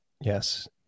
Yes